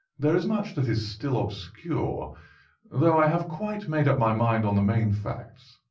there is much that is still obscure though i have quite made up my mind on the main facts.